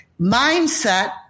mindset